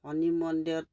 শনি মন্দিৰত